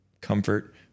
comfort